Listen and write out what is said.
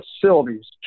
facilities